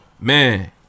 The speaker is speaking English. Man